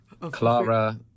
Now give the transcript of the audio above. Clara